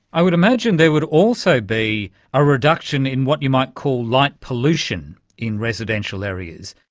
i would imagine there would also be a reduction in what you might call light pollution in residential areas.